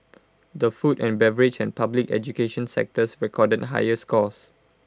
the food and beverage and public education sectors recorded higher scores